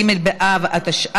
ג' באב התשע"ז,